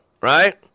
right